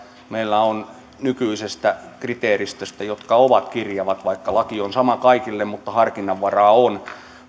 meillä on nykyisestä kriteeristöstä joka on kirjava laki on sama kaikille mutta harkinnanvaraa on